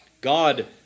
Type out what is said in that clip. God